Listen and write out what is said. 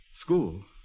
School